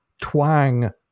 twang